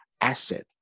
asset